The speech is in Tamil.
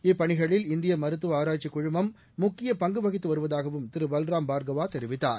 இப்பணிகளில் இந்திய மருத்துவ ஆராய்ச்சிக் குழுமம் முக்கிய பங்கு வகித்து வருவதாகவும் திரு பல்ராம் பார்க்கவா தெரிவித்தார்